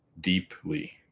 deeply